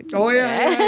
and oh, yeah.